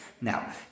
Now